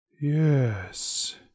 Yes